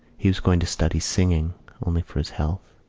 he was going to study singing only for his health.